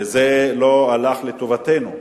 וזה לא היה לטובתנו,